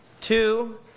two